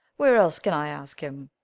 where else can i ask him?